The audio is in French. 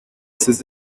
ses